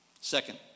Second